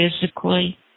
physically